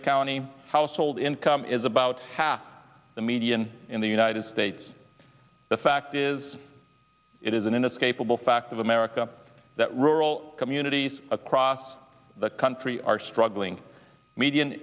a county household income is about half the median in the united states the fact is it is an inescapable fact of america that rural communities across the country are struggling median